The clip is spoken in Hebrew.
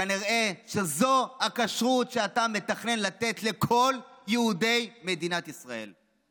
כנראה שזו הכשרות שאתה מתכנן לתת לכל יהודי מדינת ישראל.